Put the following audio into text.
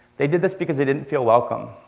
they did this because they didn't feel welcome.